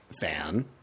fan